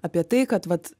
apie tai kad vat